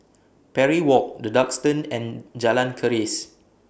Parry Walk The Duxton and Jalan Keris